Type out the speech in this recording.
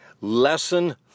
lesson